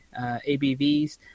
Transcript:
ABVs